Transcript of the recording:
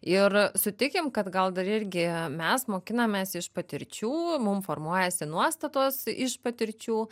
ir sutikim kad gal dar irgi mes mokinamės iš patirčių mum formuojasi nuostatos iš patirčių